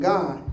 God